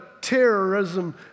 terrorism